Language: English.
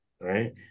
right